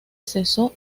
cesó